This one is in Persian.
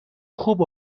خوب